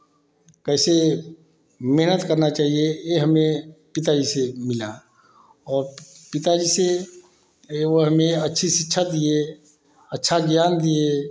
कैसे मेहनत करना चाहिए यह हमें पिताजी से मिला और पिताजी से वह हमें अच्छी शिक्षा दिए अच्छा ज्ञान दिए